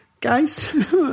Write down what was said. guys